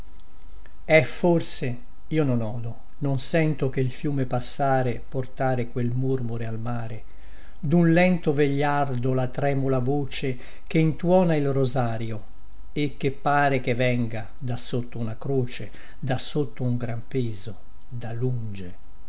è forse io non odo non sento che il fiume passare portare quel murmure al mare dun lento vegliardo la tremula voce che intuona il rosario e che pare che venga da sotto una croce da sotto un gran peso da lunge